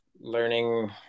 learning